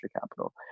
capital